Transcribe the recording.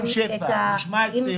בתכנית,